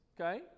Okay